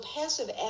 passive